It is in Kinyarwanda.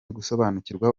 gusobanukirwa